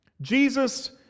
Jesus